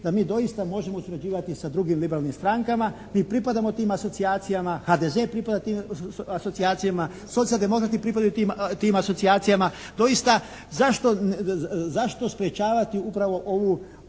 da mi dosita možemo surađivati sa drugim liberalnim strankama. Mi pripadamo tim asocijacijama, HDZ pripada tim asocijacijama, Socijaldemokrati pripadaju tim asocijacijama. Zašto sprječavati upravo ovu,